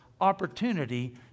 opportunity